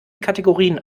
kategorien